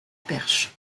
perche